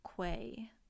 Quay